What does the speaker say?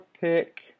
pick